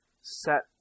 set